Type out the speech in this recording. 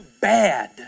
bad